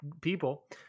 people